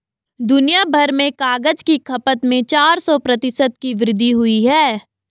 दुनियाभर में कागज की खपत में चार सौ प्रतिशत की वृद्धि हुई है